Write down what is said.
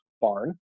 barn